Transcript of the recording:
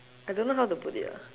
I don't know how to put it lah